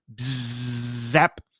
zap